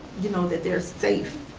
you know that they're safe,